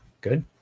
Good